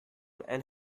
and